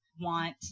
want